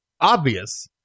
obvious